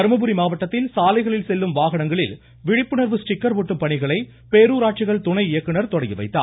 தர்மபுரி மாவட்டத்தில் சாலைகளில் செல்லும் வாகனங்களில் விழிப்புணர்வு ஸ்டிக்கர் ஒட்டும் பணிகளை பேரூராட்சிகள் துணை இயக்குநர் தொடங்கி வைத்தார்